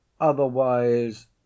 Otherwise